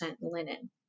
linen